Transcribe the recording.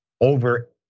over